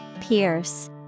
Pierce